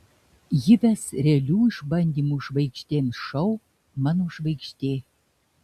ji ves realių išbandymų žvaigždėms šou mano žvaigždė